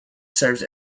serves